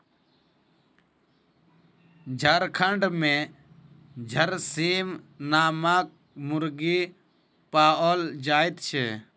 झारखंड मे झरसीम नामक मुर्गी पाओल जाइत छै